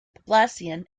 poblacion